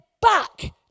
back